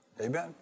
Amen